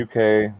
UK